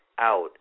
out